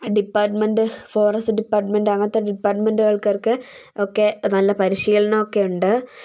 department forest department അങ്ങനത്തെ department ആൾക്കാരൊക്കെ ഒക്കെ നല്ല പരിശീലനമൊക്കെ ഉണ്ട്